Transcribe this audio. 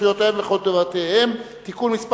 זכויותיהם וחובותיהם (תיקון מס'